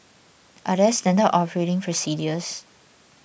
are there standard operating procedures